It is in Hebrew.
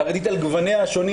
חרדית על גווניה השונים